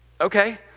Okay